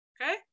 Okay